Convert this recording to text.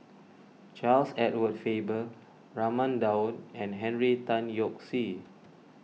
Charles Edward Faber Raman Daud and Henry Tan Yoke See